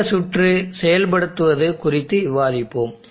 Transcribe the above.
இந்த சுற்று செயல்படுத்துவது குறித்து விவாதிப்போம்